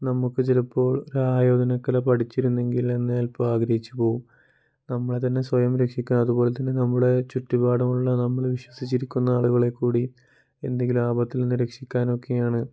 നമ്മൾക്ക് ചിലപ്പോൾ ഒരു ആയോധന കല പഠിച്ചിരുന്നെങ്കിൽ ഇന്ന് ചിലപ്പോൾ ആഗ്രഹിച്ചു പോവും നമ്മളെ തന്നെ സ്വയം രക്ഷിക്കാൻ അതുപോലെ തന്നെ നമ്മുടെ ചുറ്റുപാട്മുള്ള നമ്മളെ വിശ്വസിച്ചിരിക്കുന്ന ആളുകളെ കൂടി എന്തെങ്കിലും ആപത്തിൽ നിന്ന് രക്ഷിക്കാനൊക്കെയാണ്